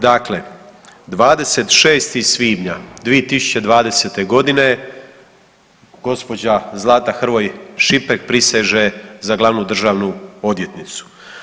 Dakle, 26. svibnja 2020.godine gospođa Zlata Hrvoj Šipek priseže za Glavnu državnu odvjetnicu.